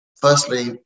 firstly